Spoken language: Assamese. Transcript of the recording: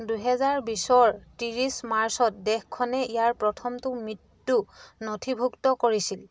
দুহেজাৰ বিছৰ ত্ৰিছ মাৰ্চত দেশখনে ইয়াৰ প্ৰথমটো মৃত্যু নথিভুক্ত কৰিছিল